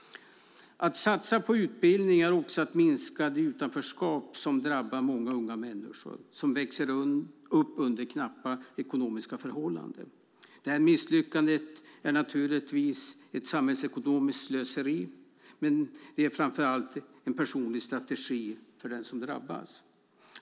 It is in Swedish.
Att satsa på utbildning är också ett sätt att minska det utanförskap som drabbar många unga människor som växer upp under knappa ekonomiska förhållanden. Det misslyckandet är naturligtvis ett samhällsekonomiskt slöseri, men framför allt är det en tragedi för den som drabbas.